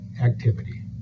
activity